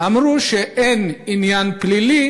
אמרו שאין עניין פלילי